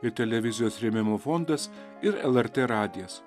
ir televizijos rėmimo fondas ir lrt radijas